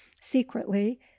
secretly